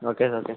okay sir okay